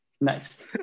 Nice